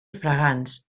fragants